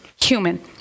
human